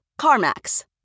CarMax